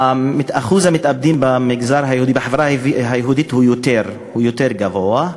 אחוז המתאבדים בחברה היהודית הוא יותר גבוה,